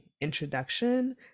introduction